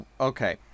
Okay